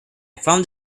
found